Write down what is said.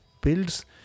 builds